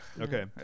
Okay